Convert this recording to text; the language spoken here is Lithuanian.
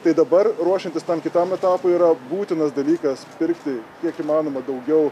tai dabar ruošiantis tam kitam etapui yra būtinas dalykas pirkti kiek įmanoma daugiau